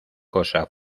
cosa